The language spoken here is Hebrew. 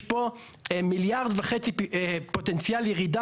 יש כאן מיליארד וחצי פוטנציאל ירידה